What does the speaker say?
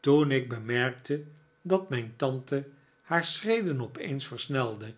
toen ik bemerkte dat mijn tante haar schreden opeens versnelde